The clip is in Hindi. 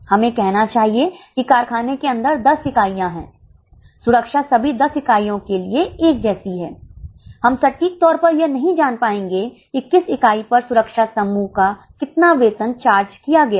हमें कहना चाहिए कि कारखाने के अंदर 10 इकाइयां हैं सुरक्षा सभी 10 इकाइयों के लिए एक जैसी है हम सटीक तौर पर यह नहीं जान पाएंगे कि किस इकाई पर सुरक्षा समूह का कितना वेतन चार्ज किया गया है